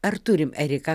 ar turim erika